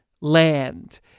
land